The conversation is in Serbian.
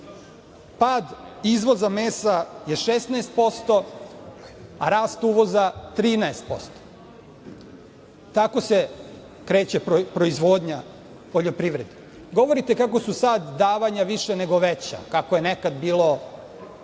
Pad izvoza mesa je 16 posto, a rast uvoza je 13 posto. Tako se kreće proizvodnja poljoprivrede. Govorite kako su sad davanja više nego veća i kako je nekada bilo